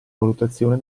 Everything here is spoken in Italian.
valutazione